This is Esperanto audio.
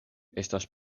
estas